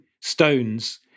stones